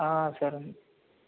సరే